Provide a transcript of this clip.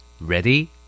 Ready